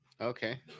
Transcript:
Okay